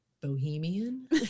bohemian